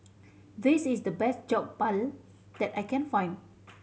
this is the best Jokbal that I can find